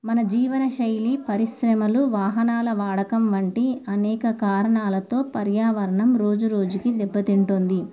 మన జీవన శైలి పరిశ్రమలు వాహనాల వాడకం వంటి అనేక కారణాలతో పర్యావరణం రోజు రోజుకి దెబ్బతింటుంది